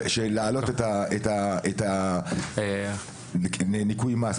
שלעלות את הניכוי מס,